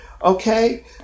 Okay